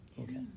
Okay